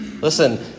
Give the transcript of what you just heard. Listen